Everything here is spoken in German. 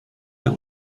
der